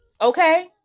okay